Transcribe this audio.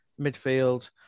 midfield